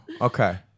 okay